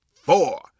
four